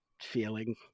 feeling